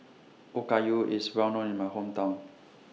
Okayu IS Well known in My Hometown